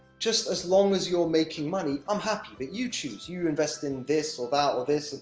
just as long as you're making money, i'm happy. but you choose you invest in this, or that, or this.